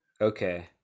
Okay